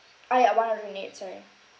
ah ya one of the unit sorry